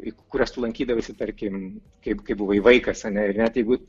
į kurias tu lankydavaisi tarkim kai kai buvai vaikas ar ne ir net jeigu